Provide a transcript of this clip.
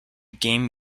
game